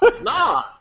Nah